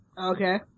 Okay